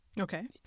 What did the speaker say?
Okay